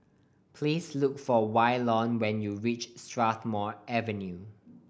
please look for Waylon when you reach Strathmore Avenue